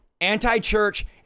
anti-church